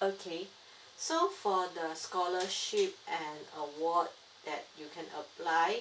okay so for the scholarship and award that you can apply